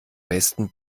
besten